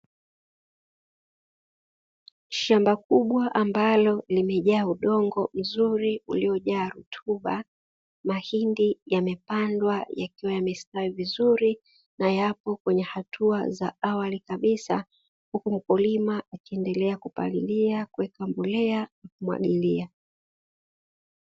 Shamba kubwa ambalo limejaa udongo mzuri uliojaa rutuba. Mahindi yamepandwa yakiwa yamestawi vizuri na yapo kwenye hatua za awali kabisa. Uku wakulima wakiendelea kupalilia, kuweka mbolea, kumwagilia.